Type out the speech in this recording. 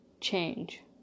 change